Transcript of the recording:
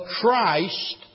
Christ